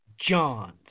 John's